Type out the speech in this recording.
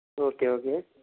okay okay